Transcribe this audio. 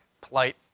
Polite